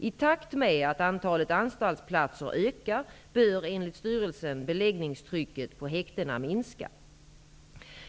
I takt med att antalet anstaltsplatser ökar bör enligt styrelsen beläggningstrycket på häktena minska.